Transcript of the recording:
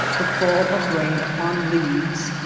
the fall of rain upon leaves,